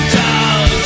down